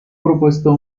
propuesto